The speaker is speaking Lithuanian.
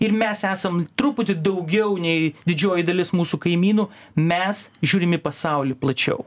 ir mes esam truputį daugiau nei didžioji dalis mūsų kaimynų mes žiūrim į pasaulį plačiau